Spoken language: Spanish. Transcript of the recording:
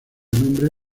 nombre